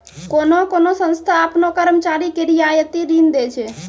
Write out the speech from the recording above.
कोन्हो कोन्हो संस्था आपनो कर्मचारी के रियायती ऋण दै छै